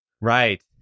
Right